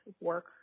work